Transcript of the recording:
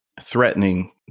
threatening